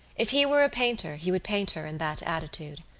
if he were a painter he would paint her in that attitude.